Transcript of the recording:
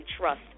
trust